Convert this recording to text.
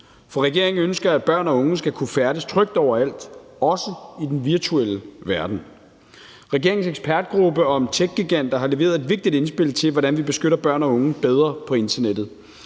For regeringen ønsker, at børn og unge skal kunne færdes trygt overalt, også i den virtuelle verden. Regeringens ekspertgruppe om techgiganter har leveret et vigtigt indspil til, hvordan vi beskytter børn og unge bedre på internettet,